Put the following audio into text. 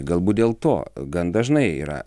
galbūt dėl to gan dažnai yra